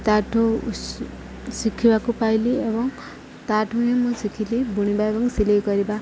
ତା'ଠୁ ଶିଖିବାକୁ ପାଇଲି ଏବଂ ତା'ଠୁ ହିଁ ମୁଁ ଶିଖିଲି ବୁଣିବା ଏବଂ ସିଲେଇ କରିବା